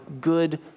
good